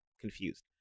confused